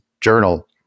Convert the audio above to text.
journal